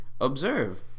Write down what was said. Observe